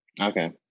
okay